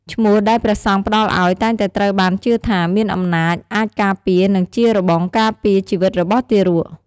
ឈ្មោះដែលព្រះសង្ឃផ្ដល់អោយតែងតែត្រូវបានជឿថា មានអំណាចអាចការពារ និងជារបងការពារជីវិតរបស់ទារក។